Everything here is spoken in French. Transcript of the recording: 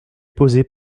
posées